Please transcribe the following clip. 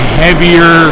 heavier